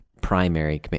primary